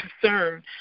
concern